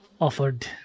offered